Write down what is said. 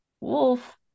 Wolf